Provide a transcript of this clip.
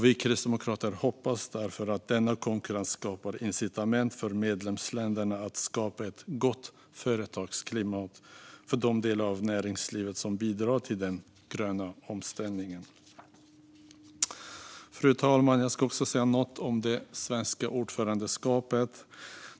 Vi kristdemokrater hoppas därför att denna konkurrens skapar incitament för medlemsländerna att skapa ett gott företagsklimat för de delar av näringslivet som bidrar till den gröna omställningen. Fru talman! Jag ska också säga något om det svenska ordförandeskapet.